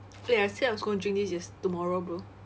eh I say I was going to drink this yes~ tomorrow bro